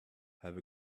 have